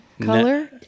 color